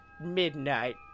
midnight